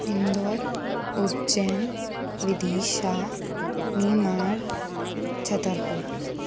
इंदौर उज्जैन विदिशा निर्माण छतरपुर